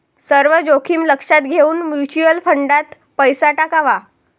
सर्व जोखीम लक्षात घेऊन म्युच्युअल फंडात पैसा टाकावा